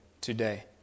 today